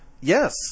Yes